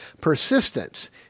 persistence